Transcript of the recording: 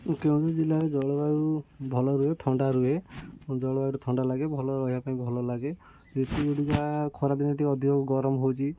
କେଉଁଝର ଜିଲ୍ଲାରେ ଜଳବାୟୁ ଭଲ ରୁହେ ଥଣ୍ଡା ରୁହେ ଜଳବାୟୁ ଥଣ୍ଡା ଲାଗେ ଭଲ ରହିବା ପାଇଁ ଭଲ ଲାଗେ ଖରାଦିନେ ଟିକେ ଅଧିକ ଗରମ ହେଉଛି